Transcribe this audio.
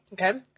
Okay